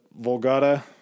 Volgata